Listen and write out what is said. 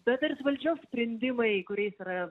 bet tarsi valdžios sprendimai kuriais yra